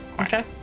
Okay